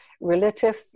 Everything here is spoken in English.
relative